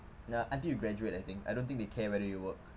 ya until you graduate I think I don't think they care whether you work